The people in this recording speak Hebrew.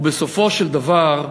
ובסופו של דבר,